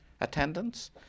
attendance